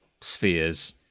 spheres